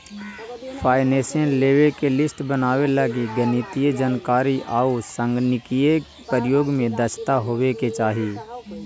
financial लेवे के list बनावे लगी गणितीय जानकारी आउ संगणकीय प्रयोग में दक्षता होवे के चाहि